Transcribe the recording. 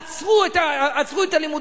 עצרו את הלימודים.